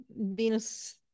Venus